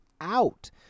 out